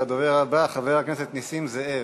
הדובר הבא, חבר הכנסת נסים זאב.